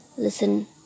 listen